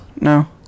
no